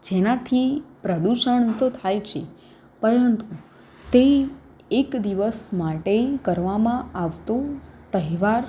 જેનાથી પ્રદૂષણ તો થાય છે પરંતુ તે એક દિવસ માટે કરવામાં આવતો તહેવાર